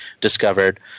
discovered